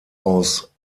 aus